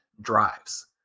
drives